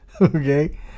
Okay